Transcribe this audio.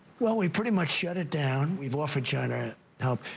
well, we pretty much shut it down. we've offered china help,